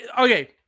okay